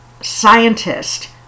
scientist